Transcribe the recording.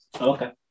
Okay